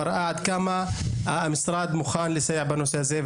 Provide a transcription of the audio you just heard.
מראה עד כמה המשרד מוכן לסייע בנושא הזה.